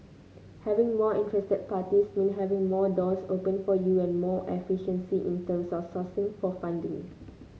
having more interested parties means having more doors open for you and more efficiency in terms of sourcing for funding